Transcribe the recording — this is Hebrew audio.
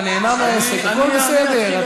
אתה נהנה מהעסק, הכול בסדר.